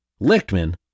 Lichtman